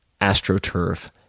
astroturf